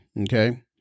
okay